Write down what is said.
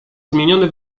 zmieniony